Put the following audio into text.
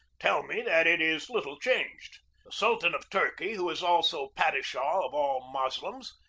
tell me that it is little changed. the sultan of turkey, who is also padi shah of all moslems,